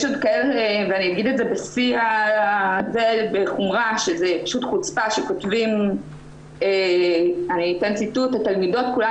זאת פשוט חוצפה שכותבים "התלמידות כולן